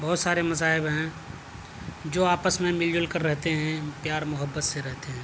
بہت سارے مذاہب ہیں جو آپس میں مل جل کر رہتے ہیں پیار محبت سے رہتے ہیں